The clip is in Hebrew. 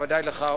בוודאי לך,